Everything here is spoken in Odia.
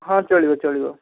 ହଁ ଚଳିବ ଚଳିବ